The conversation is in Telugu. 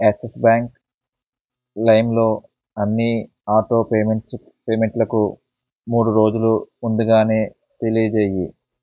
యాక్సిస్ బ్యాంక్ లైమ్లో అన్నీ ఆటో పేమెంట్స్ పేమెంట్లకు మూడు రోజులు ముందుగానే తెలియజేయి